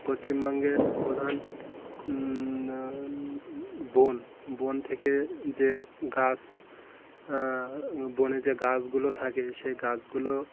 পশ্চিমবঙ্গের প্রধান বন বন থেকে যে গাছ বনে যে গাছগুলো থাকে সেই গাছগুলো